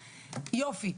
יופי,